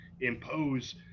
impose